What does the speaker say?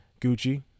Gucci